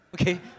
okay